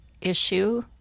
issue